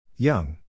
Young